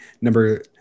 number